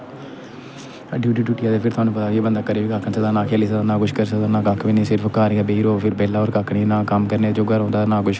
हड्डी हुड्डी टुटिया ते बंदा करी बी कक्ख नीं सकदा ना खेली सकदा ना कुछ करी सकदा ना कक्ख बी नीं घार गै बेई रौह्ग फिरी कक्ख नीं करने जोगा रौह्दा कक्ख नीं